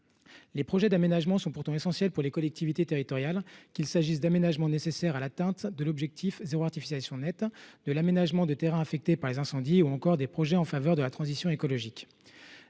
Les projets d’aménagement sont pourtant essentiels pour les collectivités territoriales, qu’il s’agisse d’aménagements nécessaires à l’atteinte de l’objectif « zéro artificialisation nette » (ZAN), de l’aménagement de terrains affectés par les incendies ou encore des projets en faveur de la transition écologique.